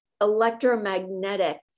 electromagnetic